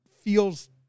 feels